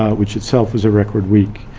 ah which itself was a record week.